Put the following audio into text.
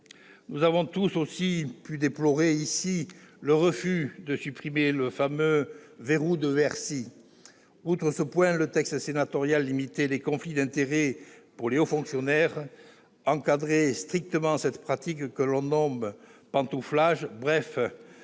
Nous avons tous aussi pu déplorer, ici, le refus de supprimer le fameux « verrou de Bercy ». Outre ce point, le texte sénatorial limitait les conflits d'intérêts pour les hauts fonctionnaires et encadrait strictement cette pratique que l'on nomme « pantouflage »: bref,